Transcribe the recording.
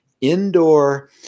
indoor